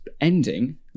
ending